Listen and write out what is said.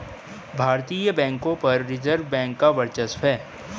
भारतीय बैंकों पर रिजर्व बैंक का वर्चस्व है